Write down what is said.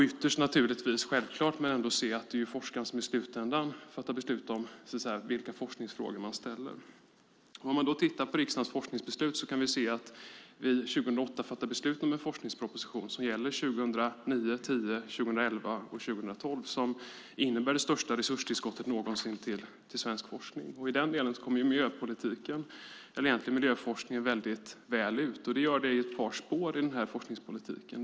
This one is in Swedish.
Ytterst är det självklart att det är forskaren som i slutändan fattar beslut om vilka forskningsfrågor man ställer. Om man tittar på riksdagens forskningsbeslut kan man se att vi 2008 fattade beslut om en forskningsproposition som gäller 2009, 2010, 2011 och 2012. Den innebär det största resurstillskottet någonsin till svensk forskning. I denna del kommer miljöforskningen väl ut. Det gör den i ett par spår i forskningspolitiken.